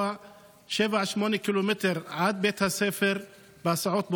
8-7 ק"מ עד בית הספר בהסעות באוטובוסים,